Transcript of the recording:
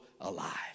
alive